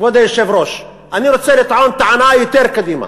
כבוד היושב-ראש, אני רוצה לטעון טענה יותר קדימה.